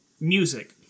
music